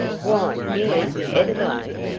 why, yes everglade?